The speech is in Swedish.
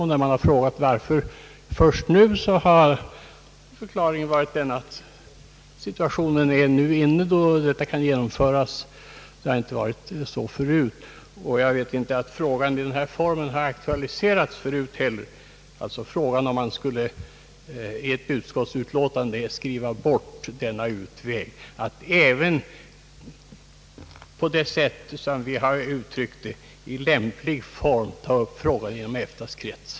Och när man har frågat: »Varför först nu?» har förklaringen varit, att situationen är nu inne då förslaget kan genomföras; det har inte varit så förut. Jag vet inte heller att den nu aktuella frågan i denna form aktualiserats förut, nämligen att man i ett utskottsutlåtande skulle skriva bort utvägen att även på det sätt, som vi har uttryckt det »i lämplig form» ta upp frågan inom EFTA:s krets.